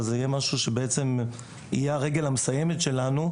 אז זה יהיה בעצם הרגל המסיימת שלנו,